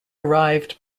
arrived